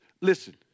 listen